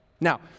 Now